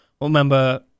remember